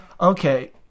okay